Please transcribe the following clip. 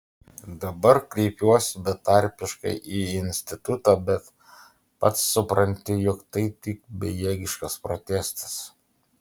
dabar kreipiuosi betarpiškai į institutą bet pats supranti jog tai tik bejėgiškas protestas